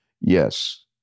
Yes